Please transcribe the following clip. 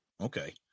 okay